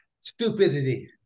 stupidity